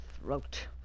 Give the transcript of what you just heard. throat